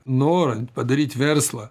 norint padaryt verslą